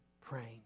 praying